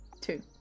two